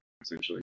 essentially